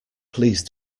please